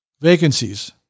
Vacancies